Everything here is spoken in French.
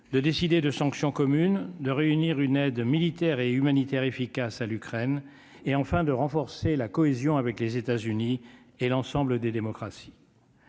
de décider de sanctions communes de réunir une aide militaire et humanitaire efficace à l'Ukraine et enfin de renforcer la cohésion avec les États-Unis et l'ensemble des démocraties.